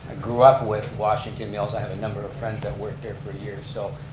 grew up with washington mills. i have a number of friends who worked there for years. so,